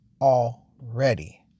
already